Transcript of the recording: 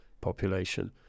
population